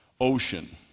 ocean